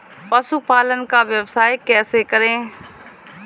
पशुपालन का व्यवसाय कैसे करें?